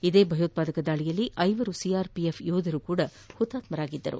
ಇದೇ ಭಯೋತ್ಪಾದಕ ದಾಳಿಯಲ್ಲಿ ಐವರು ಸಿಆರ್ಪಿಎಫ್ ಯೋಧರು ಕೂಡ ಹುತಾತ್ಪರಾಗಿದ್ದರು